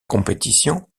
compétition